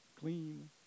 clean